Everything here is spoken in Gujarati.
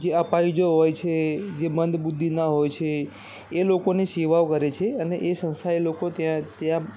જે અપાહીજો હોય છે જે મંદ બુદ્ધિના હોય છે એ લોકોની સેવા કરે છે અને એ સંસ્થા એ લોકો ત્યાં ત્યાં